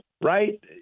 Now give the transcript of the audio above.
Right